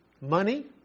money